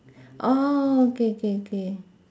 oh K K K